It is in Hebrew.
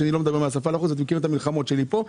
שאני לא מדבר מהשפה לחוץ ואתם מכירים את המלחמות שלי כאן.